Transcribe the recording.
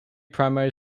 primary